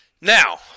Now